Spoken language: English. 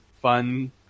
fun